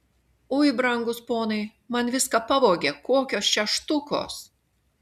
ui brangūs ponai man viską pavogė kokios čia štukos